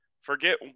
forget